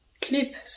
clip